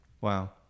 Wow